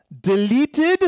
deleted